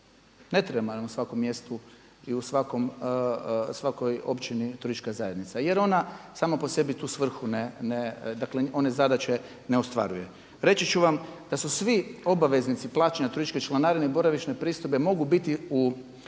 Ne treba nam na svakom mjestu i u svakoj općini turističku zajednicu jer ona sama po sebi tu svrhu ne, dakle one zadaće ne ostvaruje. Reći ću vam da su svi obveznici plaćanja turističke članarine i boravišne pristojbe mogu biti u